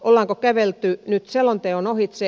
ollaanko kävelty nyt selonteon ohitse